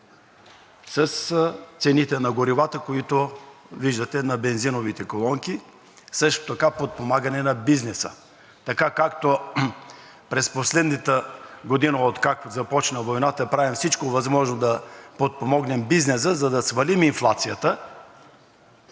с цените на горивата, които виждате на бензиновите колонки, също така подпомагане и на бизнеса. Както през последната година, откакто започна войната, правим всичко възможно да подпомогнем бизнеса, за да свалим инфлацията,